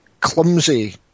clumsy